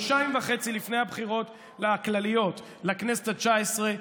חודשיים וחצי לפני הבחירות הכלליות לכנסת התשע-עשרה,